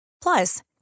Plus